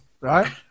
right